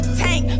tank